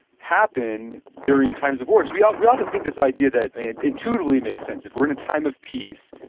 happened during times of war. we ah we often think this idea that and intuitively makes sense. if we're in a time of peace,